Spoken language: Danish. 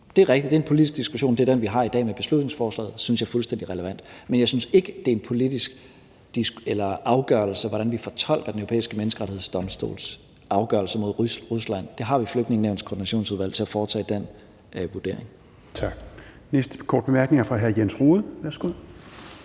Det er rigtigt; det er en politisk diskussion, og det er den, vi har i dag med beslutningsforslaget. Det synes jeg er fuldstændig relevant. Men jeg synes ikke, det er en politisk afgørelse, hvordan vi fortolker Den Europæiske Menneskerettighedsdomstols afgørelse mod Rusland. Der har vi Flygtningenævnets koordinationsudvalg til at foretage den vurdering. Kl. 10:25 Fjerde næstformand